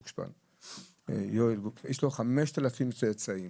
יש לו 5,000 צאצאים.